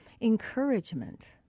encouragement